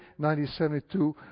1972